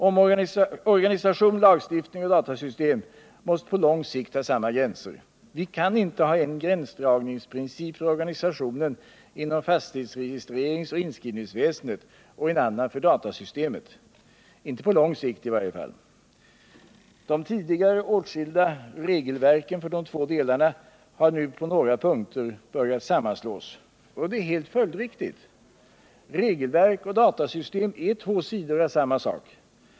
Organisation, lagstiftning och datasystem måste på lång sikt ha samma gränser. Vi kan inte ha en gränsdragningsprincip för organisationen inom fastighetsregistreringsoch inskrivningsväsendet och en annan för datasystemet — inte på lång sikt i varje fall. De tidigare åtskilda regelverken för de två delarna har på några punkter börjat sammanslås. Det är helt följdriktigt. Regelverk och datasystem är två sidor av samma sak.